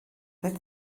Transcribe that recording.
bydd